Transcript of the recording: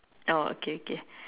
orh okay okay